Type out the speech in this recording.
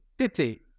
city